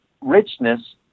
richness